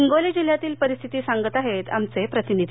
हिंगोली जिल्ह्यातील परिस्थिती सांगत आहेत आमचे प्रतिनिधी